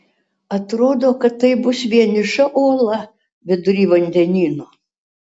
atrodo kad tai bus vieniša uola vidury vandenyno